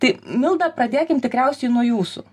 tai milda pradėkim tikriausiai nuo jūsų